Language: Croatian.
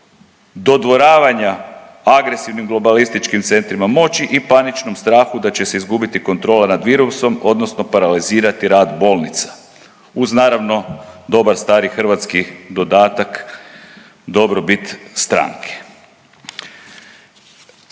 dodvoravanja agresivnim globalističkim centrima moći i paničnom strahu da će se izgubiti kontrola nad virusom, odnosno paralizirati rad bolnica uz naravno dobar stari hrvatski dodatak dobrobit stranke.